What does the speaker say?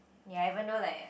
ya even though like